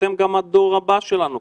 אתם גם הדור הבא שלנו,